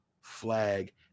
flag